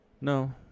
No